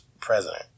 president